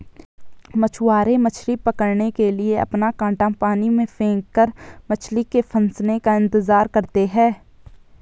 मछुआरे मछली पकड़ने के लिए अपना कांटा पानी में फेंककर मछली के फंसने का इंतजार करते है